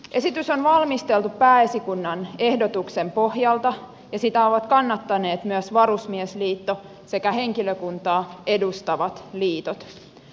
esitys on valmisteltu pääesikunnan ehdotuksen pohjalta ja sitä ovat kannattaneet myös varusmiesliitto ja henkilökuntaa edustavat liitot